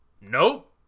Nope